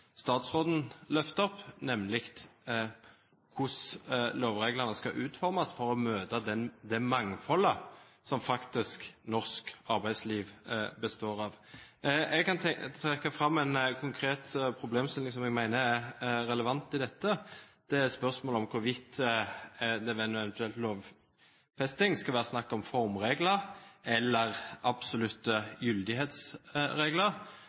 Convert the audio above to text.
statsråden løfter fram, nemlig hvordan lovreglene skal utformes for å møte det mangfoldet som norsk arbeidsliv faktisk består av. Jeg kan trekke fram en konkret problemstilling som jeg mener er relevant i dette. Det er spørsmålet om hvorvidt det ved en eventuell lovfesting skal være snakk om formregler eller